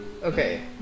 Okay